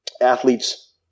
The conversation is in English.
athletes